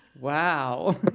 Wow